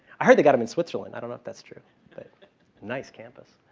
i heard they got them in switzerland. i don't know if that's true but nice campus.